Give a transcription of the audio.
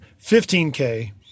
15K